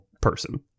person